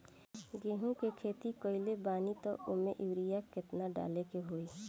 गेहूं के खेती कइले बानी त वो में युरिया केतना डाले के होई?